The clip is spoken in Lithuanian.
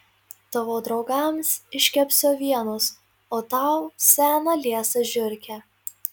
tavo draugams iškepsiu avienos o tau seną liesą žiurkę